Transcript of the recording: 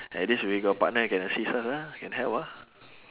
at least we got partner I can assist ah can help ah